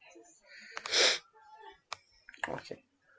okay